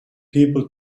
people